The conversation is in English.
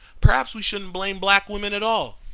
perhaps we shouldn't blame black women at all.